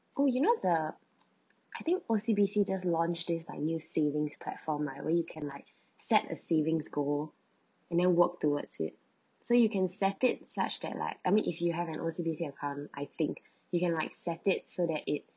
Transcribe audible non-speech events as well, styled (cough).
oh you know the I think O_C_B_C just launch this like new savings platform like where you can like (breath) set a savings goal and then work towards it so you can set it such that like I mean if you have an O_C_B_C account I think (breath) you can like set it so that it